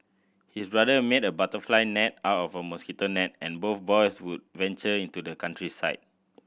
his brother made a butterfly net out of mosquito net and both boys would venture into the countryside